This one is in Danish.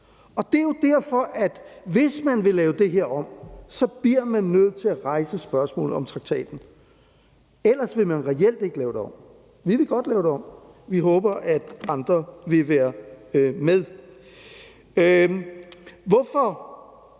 Og det er jo derfor, at hvis man vil lave det her om, bliver man nødt til at rejse spørgsmålet om traktaten. Ellers vil man reelt ikke lave det om. Vi vil godt lave det om. Vi håber, at andre vil være med. Hvorfor